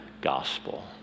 gospel